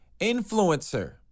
influencer